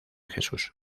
jesús